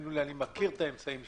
אני מכיר את האמצעים שיש,